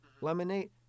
Lemonade